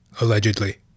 allegedly